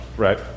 Right